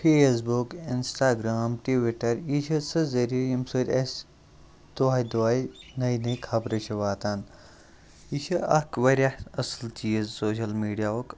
Facebook Instagram Twitter یہِ چھِ سُہ ذٔریعہِ ییٚمہِ سۭتۍ اَسہِ دۄہَے دۄہَے نٔے نٔے خبرٕ چھِ واتان یہِ چھِ اَکھ واریاہ اَصٕل چیٖز سوشَل میٖڈیاہُک